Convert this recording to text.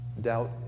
Doubt